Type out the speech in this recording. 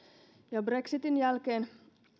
ja brexitin jälkeen